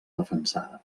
defensada